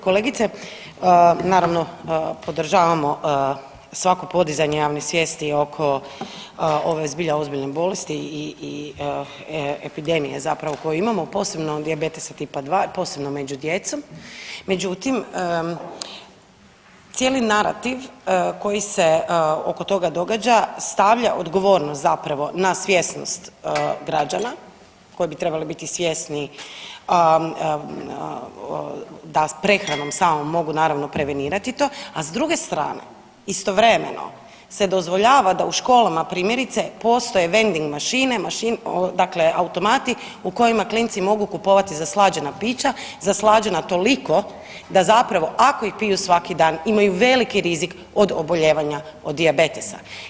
Kolegice, naravno, podržavamo svako podizanje javne svijesti oko ove zbilja ozbiljne bolesti i epidemije zapravo koju imamo, posebno dijabetesa tipa 2 i posebno među djecom, međutim, cijeli narativ koji se oko toga događa stavlja odgovornost zapravo na svjesnost građana koji bi trebali biti svjesni da prehranom samom, mogu naravno, prevenirati to, a s druge strane, istovremeno se dozvoljava da u školama, primjerice postoje vending machine, .../nerazumljivo/... dakle automati u kojima klinci mogu kupovati zaslađena pića, zaslađena toliko da zapravo, ako ih piju svaki dan imaju veliki rizik od obolijevanja od dijabetesa.